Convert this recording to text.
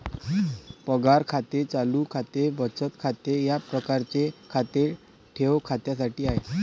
पगार खाते चालू खाते बचत खाते या प्रकारचे खाते ठेव खात्यासाठी आहे